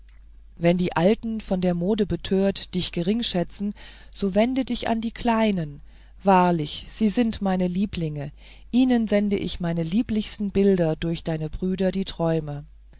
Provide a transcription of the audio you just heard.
wenn die alten von der mode betört dich geringschätzen so wende dich an die kleinen wahrlich sie sind meine lieblinge ihnen sende ich meine lieblichsten bilder durch deine brüder die träume